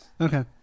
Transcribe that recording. Okay